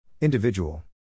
Individual